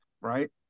right